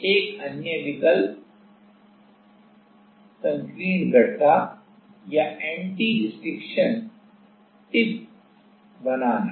एक अन्य विकल्प संकीर्ण गड्ढा या एंटी स्टिशन टिप्स बनाना है